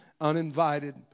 uninvited